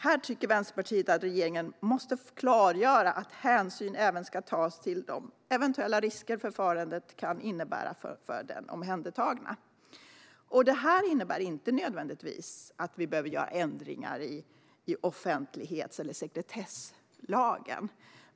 Här tycker Vänsterpartiet att regeringen måste klargöra att hänsyn även ska tas till de eventuella risker förfarandet kan innebära för den omhändertagna. Det innebär inte nödvändigtvis att vi behöver göra ändringar i offentlighets och sekretesslagen.